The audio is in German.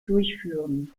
durchführen